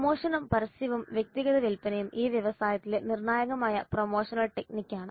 പ്രമോഷനും പരസ്യവും വ്യക്തിഗത വിൽപ്പനയും ഈ വ്യവസായത്തിലെ നിർണായകമായ പ്രൊമോഷണൽ ടെക്നിക്കാണ്